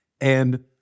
and-